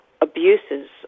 abuses